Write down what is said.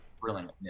brilliant